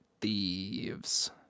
thieves